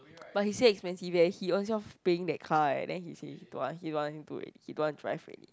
but he said expensive eh he ownself paying that car eh then he say he don't want he don't want to wait he don't want to drive already